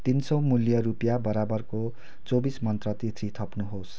तिन सौ मूल्य रुपियाँ बराबरको चौबिस मन्त्र तित्री थप्नुहोस्